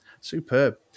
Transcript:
Superb